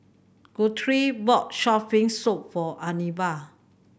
Guthrie bought Shark's Fin Soup for Anibal